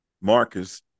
marcus